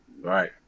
Right